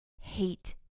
hate